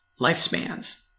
lifespans